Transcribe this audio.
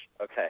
Okay